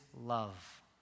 love